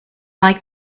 like